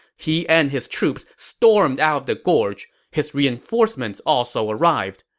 he and his troops stormed out of the gorge. his reinforcements also arrived.